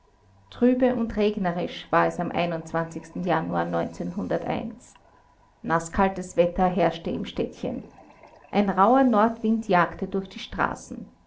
trübe und regnerisch war es am januar naßkaltes wetter herrschte im städtchen ein rauher nordwind jagte durch die straßen